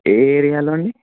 ఏ ఏరియాలో అండి